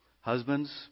Husbands